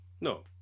no